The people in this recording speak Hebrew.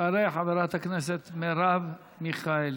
תעלה חברת הכנסת מרב מיכאלי.